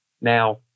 Now